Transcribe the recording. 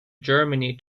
germany